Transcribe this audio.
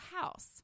house